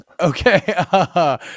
Okay